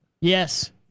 Yes